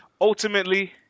Ultimately